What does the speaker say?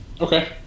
Okay